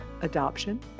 adoption